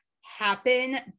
happen